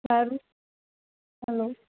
સારું હલો